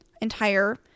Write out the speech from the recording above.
entire